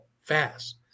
fast